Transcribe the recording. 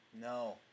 No